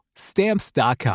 Stamps.com